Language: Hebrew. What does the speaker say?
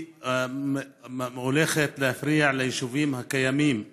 הולכת להפריע ליישובים הקיימים,